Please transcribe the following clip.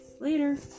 Later